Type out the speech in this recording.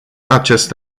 acest